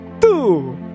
Two